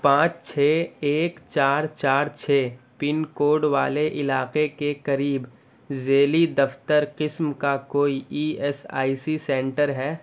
پانچ چھ ایک چار چار چھ پن کوڈ والے علاقے کے قریب ذیلی دفتر قسم کا کوئی E S I C centre ہے